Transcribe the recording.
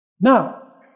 Now